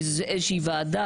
כי זה איזה שהיא ועדה